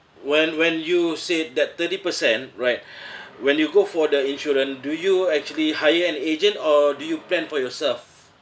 when when you say that thirty percent right when you go for the insurance do you actually hire an agent or do you plan for yourself